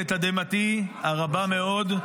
לתדהמתי הרבה מאוד,